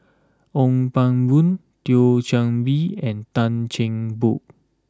Ong Pang Boon Thio Chan Bee and Tan Cheng Bock